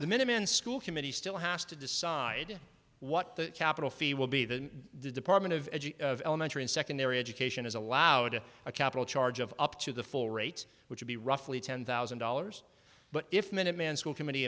the minute men school committee still has to decide what the capital fee will be the department of elementary and secondary education is allowed to a capital charge of up to the full rates which would be roughly ten thousand dollars but if minuteman school committee